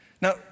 Now